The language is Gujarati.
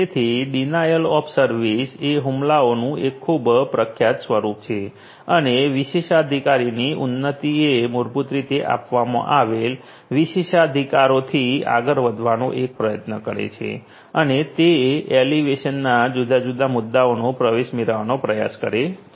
તેથી ડિનાયલ ઓફ સર્વિસ એ હુમલાઓનું એક ખૂબ પ્રખ્યાત સ્વરૂપ છે અને વિશેષાધિકારની ઉન્નતિ એ મૂળભૂત રીતે આપવામાં આવેલ વિશેષાધિકારોથી આગળ વધવાનો એક પ્રયત્ન કરે છે અને તે એલિવેશનના જુદા જુદા મુદ્દાઓનો પ્રવેશ મેળવવાનો પ્રયાસ કરે છે